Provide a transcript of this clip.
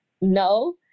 no